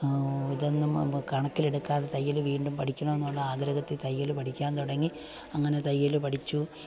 ഇതൊന്നും കണക്കിൽ എടുക്കാതെ തയ്യൽ വീണ്ടും പഠിക്കണമെന്നുള്ള ആഗ്രഹത്തിൽ തയ്യൽ പഠിക്കാൻ തൊടങ്ങി അങ്ങനെ തയ്യൽ പഠിച്ചു